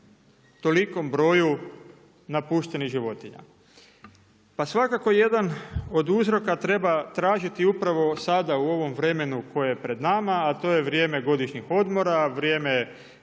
tolikom broju napuštenih životinja? Pa svakako jedna od uzroka treba tražiti upravo sada u ovom vremenu koje je pred nama, a to je vrijeme godišnjih odmora, vrijeme